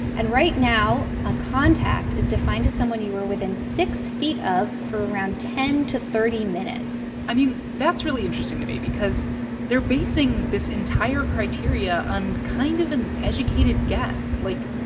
and right now, a contact is defined as someone you were within six feet of for around ten to thirty minutes i mean, that's really interesting to me because they're basing this entire criteria on kind of an educated guess. like,